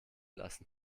lassen